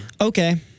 Okay